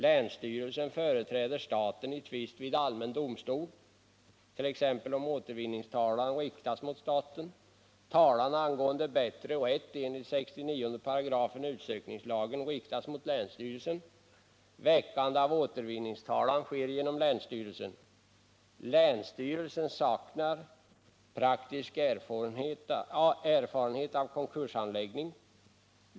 Länsstyrelsen företräder staten i tvist vid Länsstyrelsen saknar praktisk erfarenhet av konkurshandläggning.